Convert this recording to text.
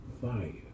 fire